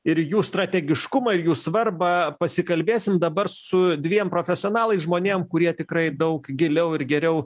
ir jų strategiškumą ir jų svarbą pasikalbėsim dabar su dviem profesionalais žmonėm kurie tikrai daug giliau ir geriau